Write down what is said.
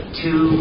two